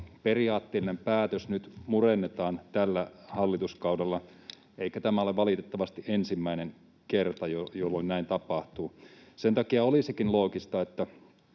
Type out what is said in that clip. periaatteellinen päätös nyt murennetaan tällä hallituskaudella, eikä tämä ole valitettavasti ensimmäinen kerta, jolloin näin tapahtuu. Sen takia olisikin loogista, että